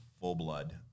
full-blood